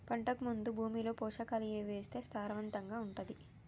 పంటకు ముందు భూమిలో పోషకాలు ఏవి వేస్తే సారవంతంగా ఉంటది?